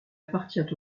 appartient